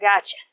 Gotcha